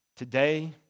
Today